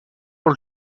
pour